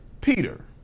Peter